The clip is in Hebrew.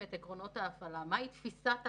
כי זה לא התפקיד שלי לדבר על הפסקת אש,